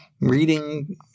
reading